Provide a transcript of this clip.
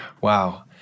Wow